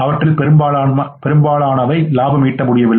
அவற்றில் பெரும்பாலானவை லாபம் ஈட்ட முடியவில்லை